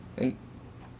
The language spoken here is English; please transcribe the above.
and